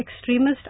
extremist